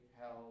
held